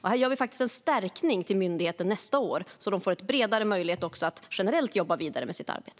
Vi gör faktiskt en förstärkning till myndigheten nästa år, så att de får bredare möjlighet att också generellt jobba vidare med sitt arbete.